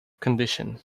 condition